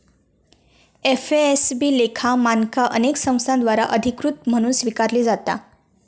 FASB लेखा मानका अनेक संस्थांद्वारा अधिकृत म्हणून स्वीकारली जाता